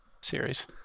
series